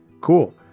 cool